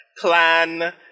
plan